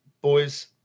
boys